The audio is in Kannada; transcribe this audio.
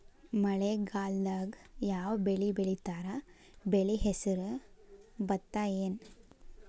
ಮಳೆಗಾಲದಾಗ್ ಯಾವ್ ಬೆಳಿ ಬೆಳಿತಾರ, ಬೆಳಿ ಹೆಸರು ಭತ್ತ ಏನ್?